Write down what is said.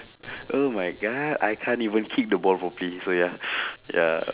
oh my god I can't even kick the ball properly so ya ya